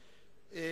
הנואמים.